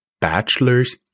bachelor's